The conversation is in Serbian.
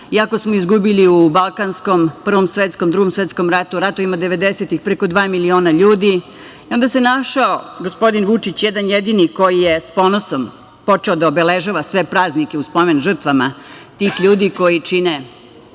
Iako smo izgubili u Balkanskom, Prvom i Drugom svetskom ratu, ratovima devedesetih preko dva miliona ljudi, našao se gospodin Vučić, jedan jedini koji je sa ponosom počeo da obeležava sve praznike u spomen žrtvama tih ljudi koji čine